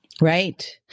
Right